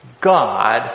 God